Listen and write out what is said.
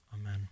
Amen